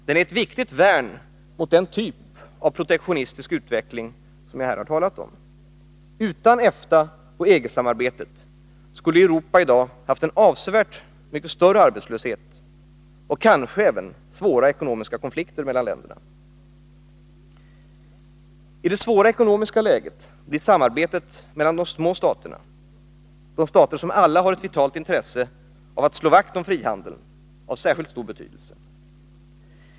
Den är ett viktigt värn mot den typ av protektionistisk utveckling som jag här talat om. Utan EFTA och EG-samarbetet skulle Europa i dag haft en avsevärt större arbetslöshet och kanske även svåra ekonomiska konflikter mellan länderna. I det svåra ekonomiska läget blir samarbetet mellan de små staterna — de stater som alla har ett vitalt intresse av att slå vakt om frihandeln — av särskilt stor betydelse.